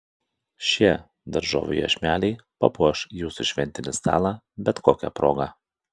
šie daržovių iešmeliai papuoš jūsų šventinį stalą bet kokia proga